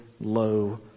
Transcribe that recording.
low